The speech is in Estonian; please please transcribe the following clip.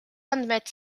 andmed